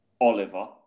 Oliver